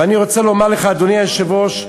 ואני רוצה לומר לך, אדוני היושב-ראש,